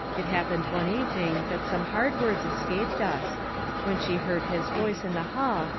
it happened one evening that some hard words escaped us when she heard his voice in the hall,